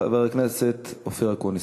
חבר הכנסת אופיר אקוניס.